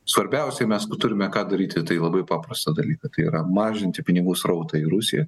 svarbiausiai mes turime ką daryti tai labai paprastą dalyką tai yra mažinti pinigų srautą į rusiją